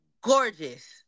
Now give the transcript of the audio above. gorgeous